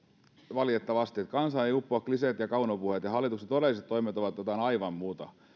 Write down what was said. valitettavasti kansaan eivät uppoa kliseet ja kaunopuheet ja hallituksen todelliset toimet ovat jotain aivan muuta